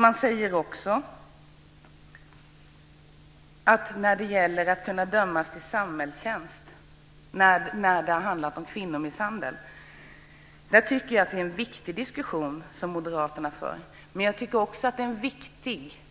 Man talar också om samhällstjänst som påföljd när det gäller kvinnomisshandel. Jag tycker att det är en viktig diskussion som moderaterna för. Men jag tycker också att det är en viktig